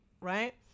right